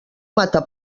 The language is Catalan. mata